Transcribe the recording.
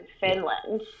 Finland